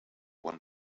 one